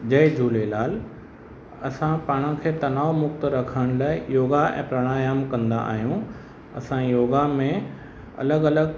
जय झूलेलाल असां पाण खे तनाव मुक़्ति रखण लाइ योगा ऐं प्रणायाम कंदा आहियूं असां योगा में अलॻि अलॻि